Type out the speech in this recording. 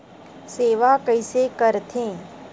सेवा कइसे करथे?